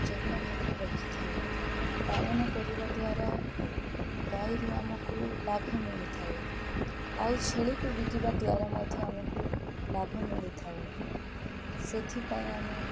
ଯତ୍ନ ଭାବରେ ରଖିଥାଉ ପାଳନ କରିବା ଦ୍ୱାରା ଗାଈରୁ ଆମକୁ ଲାଭ ମିଳିଥାଏ ଆଉ ଛେଳିକୁ ବିକିବା ଦ୍ୱାରା ମଧ୍ୟ ଆମକୁ ଲାଭ ମିଳିଥାଏ ସେଥିପାଇଁ ଆମେ